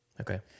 Okay